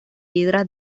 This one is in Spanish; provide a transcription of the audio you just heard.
piedra